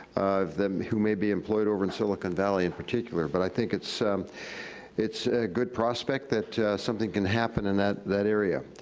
them who may be employed over in silicon valley, in particular, but i think it's it's a good prospect that something can happen and in that area.